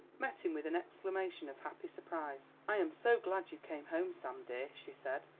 met him with an exclamation of happy surprise. i am so glad you came home, sam dear, she said.